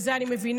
בזה אני מבינה.